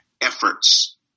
efforts